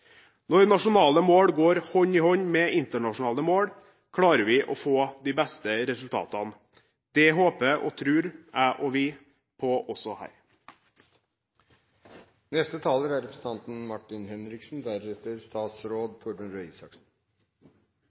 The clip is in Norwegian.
Når nasjonale mål går hånd i hånd med internasjonale mål, klarer vi å få de beste resultatene. Det håper og tror jeg – og vi – på også her.